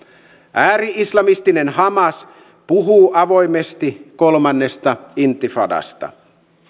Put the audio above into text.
ääri islamistinen hamas puhuu avoimesti kolmannesta intifadasta